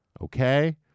Okay